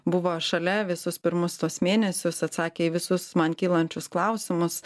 buvo šalia visus pirmus tuos mėnesius atsakė į visus man kylančius klausimus